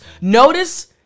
Notice